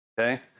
Okay